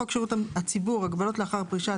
חוק שירות הציבור (הגבלות לאחר פרישה),